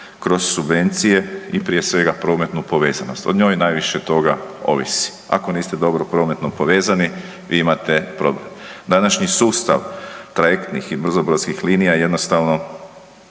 kroz subvencije i prije svega prometnu povezanost, o njoj najviše toga ovisi. Ako niste dobro prometno povezani vi imate problem. Današnji sustav trajektnih i brzobrodskih linija jednostavno